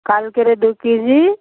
কালকের দু কেজি